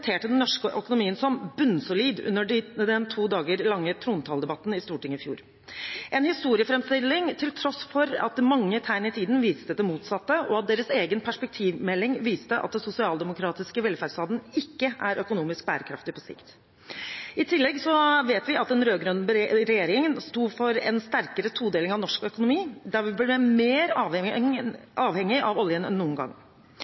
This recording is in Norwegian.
den norske økonomien som «bunnsolid» under den to dager lange trontaledebatten i Stortinget i fjor – en historieframstilling som kom til tross for at mange tegn i tiden viste det motsatte, og at deres egen perspektivmelding viste at den sosialdemokratiske velferdsstaten ikke er økonomisk bærekraftig på sikt. I tillegg vet vi at den rød-grønne regjeringen sto for en sterkere todeling av norsk økonomi der vi ble mer avhengig av oljen enn noen gang.